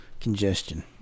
congestion